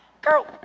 girl